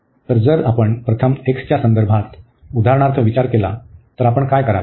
तर जर आपण प्रथम x च्या संदर्भात उदाहरणार्थ विचार केला तर आपण काय करावे